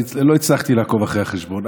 לא הצלחתי לעקוב אחרי החשבון.